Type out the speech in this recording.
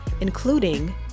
including